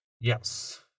Yes